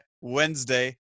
Wednesday